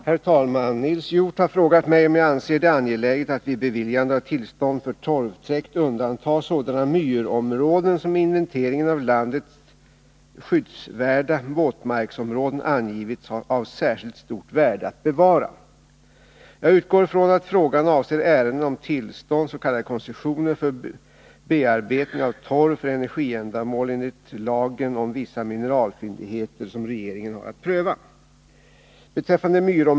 Herr talman! Nils Hjorth har frågat mig om jag anser det angeläget att vid beviljande av tillstånd för torvtäkt undanta sådana myrområden som i inventeringen av landets skyddsvärda våtmarksområden angivits av särskilt Nr 38 stort värde att bevara. Jag utgår från att frågan avser ärenden om tillstånd, s.k. koncessioner, för 27 november 1981 mineralfyndigheter som regeringen har att pröva.